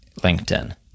LinkedIn